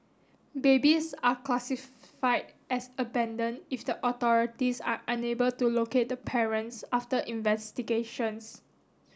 babies are classified as abandoned if the authorities are unable to locate the parents after investigations